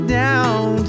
down